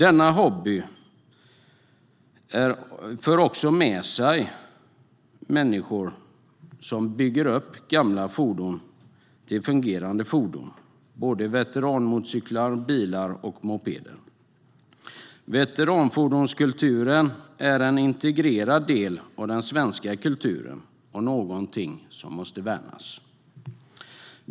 Denna hobby för också det goda med sig att människor bygger upp gamla fordon till fungerande fordon, såväl motorcyklar som bilar och mopeder. Veteranfordonskulturen är en integrerad del av den svenska kulturen och något som måste värnas.